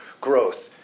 growth